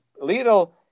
little